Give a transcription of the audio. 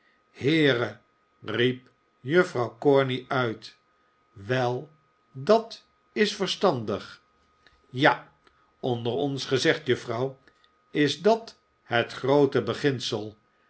heere riep juffrouw corney uit wel dat is verstandig ja onder ons gezegd juffrouw is dat het groote beginsel